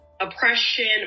oppression